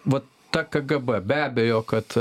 vat ta kgb be abejo kad